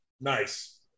nice